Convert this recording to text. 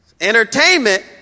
Entertainment